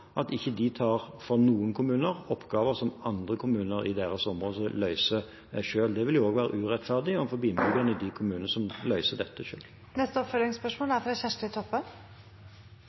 de ikke tar fra noen kommuner oppgaver som andre kommuner i deres område løser selv. Det ville også være urettferdig overfor de kommunene som løser dette selv. Kjersti Toppe – til oppfølgingsspørsmål. Offentlege sjukehus er